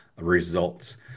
results